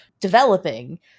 developing